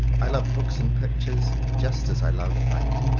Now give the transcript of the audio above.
i love books and pictures, just as i love fate.